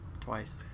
twice